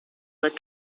that